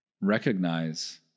recognize